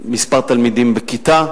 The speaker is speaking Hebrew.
מספר התלמידים בכיתה.